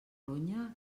ronya